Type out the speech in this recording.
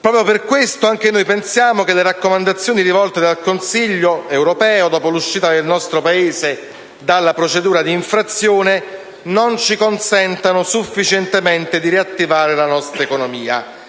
Proprio per questo anche noi pensiamo che le raccomandazioni rivolte dal Consiglio europeo dopo l'uscita del nostro Paese dalla procedura di infrazione non ci consentano sufficientemente di riattivare la nostra economia.